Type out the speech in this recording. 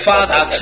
Father